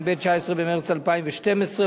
19 במרס 2012,